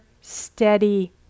steady